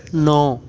ਨੌਂ